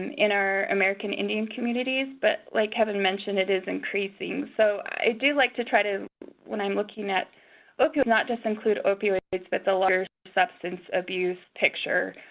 in our american indian communities. but, like kevin mentioned, it is increasing. so i do like to try to when i am looking at opioids not just include opioids but the larger substance abuse picture,